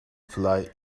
fly